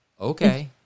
okay